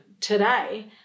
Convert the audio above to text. today